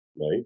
right